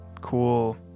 cool